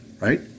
right